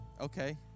Okay